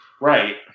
Right